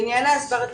בעניין ההסברתי,